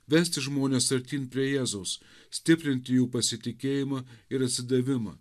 vesti žmones artyn prie jėzaus stiprinti jų pasitikėjimą ir atsidavimą